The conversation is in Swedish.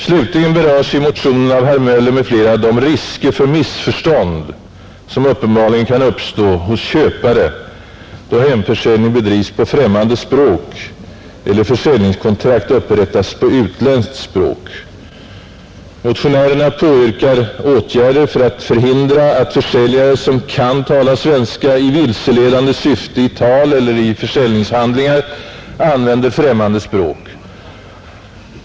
Slutligen berörs i motionen av herr Möller i Göteborg m.fl. de risker för missförstånd som uppenbarligen kan uppstå hos köpare, då hemförsäljning bedrivs på främmande språk eller försäljningskontrakt upprättas på utländskt språk. Motionärerna påyrkar åtgärder för att förhindra att försäljare, som kan tala svenska, i vilseledande syfte i tal eller i försäljningshandlingar använder främmande språk.